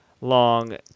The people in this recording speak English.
long